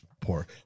poor